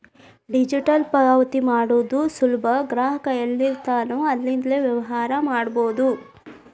digital ಪಾವತಿ ಮಾಡೋದು ಸುಲಭ ಗ್ರಾಹಕ ಎಲ್ಲಿರ್ತಾನೋ ಅಲ್ಲಿಂದ್ಲೇ ವ್ಯವಹಾರ ಮಾಡಬೋದು